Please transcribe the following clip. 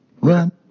Run